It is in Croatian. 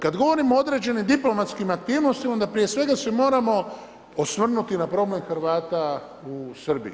Kad govorimo o određenim diplomatskim aktivnostima, onda prije svega se moramo osvrnuti na problem Hrvata u Srbiji.